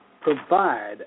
provide